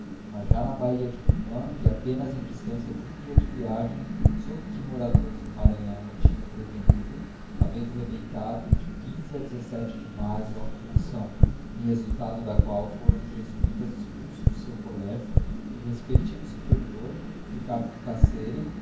mas já na bahia de cumã e apenas em distancia de um dia de viagem soube que moradores do maranhão o tinham prevenido havendo rebentado de a de maio a commoção em resultado da qual foram os jesuítas expulsos do seu couegio e o respectivo superior ricardo cacere